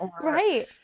right